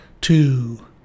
two